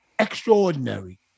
Extraordinary